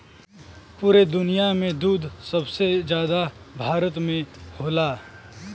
पुरे दुनिया में दूध सबसे जादा भारत में होला